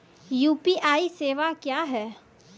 UPI सेवा क्या हैं?